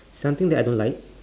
something that I don't like